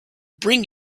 bring